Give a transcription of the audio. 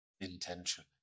intention